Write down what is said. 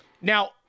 Now